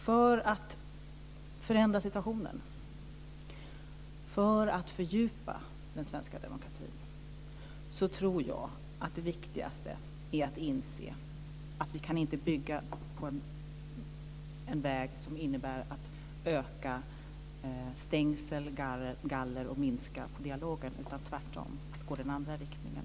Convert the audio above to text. För att förändra situationen och för att fördjupa den svenska demokratin tror jag att det viktigaste är att inse att vi inte kan gå en väg som innebär att vi ökar antalet stängsel och galler och minskar dialogen. Vi ska tvärtom gå i den andra riktningen.